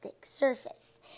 surface